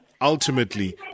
ultimately